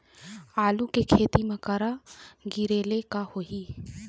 आलू के खेती म करा गिरेले का होही?